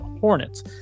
Hornets